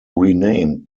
renamed